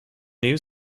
new